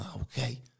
okay